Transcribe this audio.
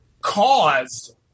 caused